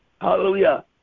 Hallelujah